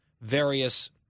various